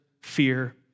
fear